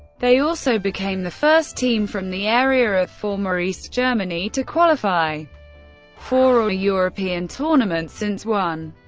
they also became the first team from the area of former east germany to qualify for a european tournament, since one.